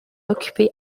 occupés